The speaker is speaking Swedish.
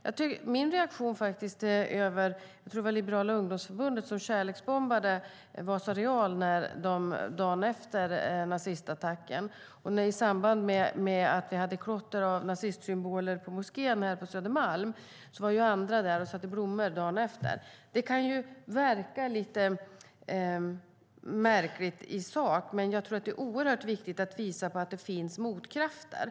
Jag tror att det var Liberala ungdomsförbundet som kärleksbombade Vasa Real dagen efter nazistattacken, och i samband med att nazistsymboler hade klottrats på moskén på Södermalm var andra där dagen efter och satte ut blommor. Det kan verka lite märkligt i sak, men jag tror att det är oerhört viktigt att visa att det finns motkrafter.